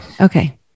Okay